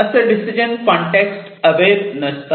असे decision context aware नसतात